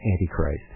Antichrist